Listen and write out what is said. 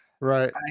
Right